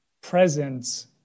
presence